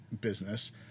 business